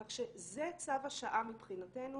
כך שזה צו השעה מבחינתנו.